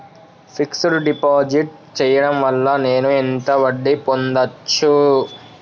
Fix డ్ deposit చేయటం వల్ల నేను ఎంత వడ్డీ పొందచ్చు?